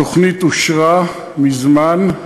התוכנית אושרה מזמן,